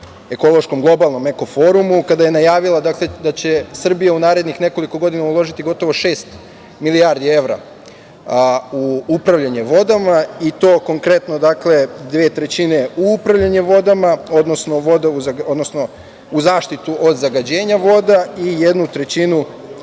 ekološkom globalnom eko-forumu, a kada je najavila da će Srbija u narednih nekoliko godina uložiti gotovo šest milijardi evra u upravljanje vodama, i to konkretno dve trećine u upravljanju vodama, odnosno u zaštitu od zagađenja voda i jednu trećinu